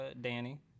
Danny